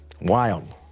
Wild